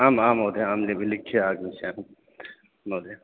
आम् आम् महोदय आं विलिख्य आगमिष्यमि महोदय